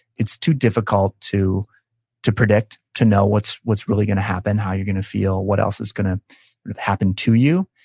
it's too difficult to to predict, to know what's what's really going to happen, how you're going to feel, what else is going to happen to you.